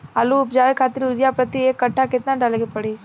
आलू उपजावे खातिर यूरिया प्रति एक कट्ठा केतना डाले के पड़ी?